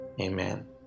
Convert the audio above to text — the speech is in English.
amen